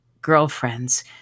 girlfriends